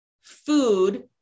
food